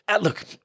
look